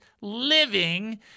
living